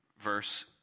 verse